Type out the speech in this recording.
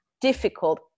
difficult